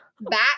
Back